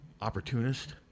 opportunist